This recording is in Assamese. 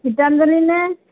গীতাঞ্জলি নে